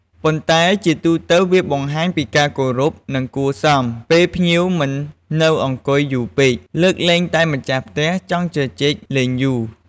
ប៉ុន្តែជាទូទៅ វាបង្ហាញពីការគោរព និងគួរសម ពេលភ្ញៀវមិននៅអង្គុយយូរពេក លើកលែងតែម្ចាស់ផ្ទះចង់ជជែកលែងយូរ។